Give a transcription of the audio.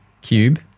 cube